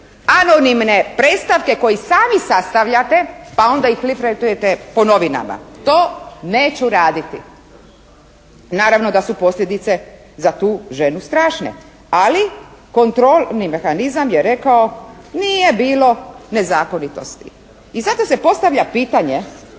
anonimne predstavke koje sami sastavljate, pa onda ih lifratujete po novinama. To neću raditi. Naravno da su posljedice za tu ženu strašne. Ali kontrolni mehanizam je rekao, nije bilo nezakonitosti. I zato se postavlja pitanje,